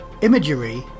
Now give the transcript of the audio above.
Imagery